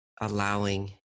allowing